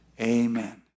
amen